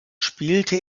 spielte